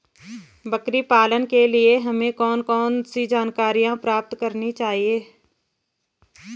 बकरी पालन के लिए हमें कौन कौन सी जानकारियां प्राप्त करनी चाहिए?